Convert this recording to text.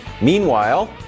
Meanwhile